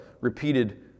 repeated